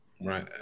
right